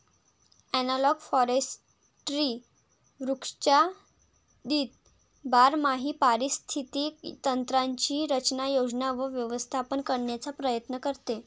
analogue forestry वृक्षाच्छादित बारमाही पारिस्थितिक तंत्रांची रचना, योजना व व्यवस्थापन करण्याचा प्रयत्न करते